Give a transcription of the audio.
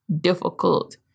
difficult